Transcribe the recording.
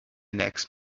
next